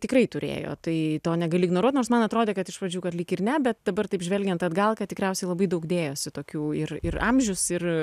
tikrai turėjo tai to negali ignoruot nors man atrodė kad iš pradžių kad lyg ir ne bet dabar taip žvelgiant atgal kad tikriausiai labai daug dėjosi tokių ir ir amžius ir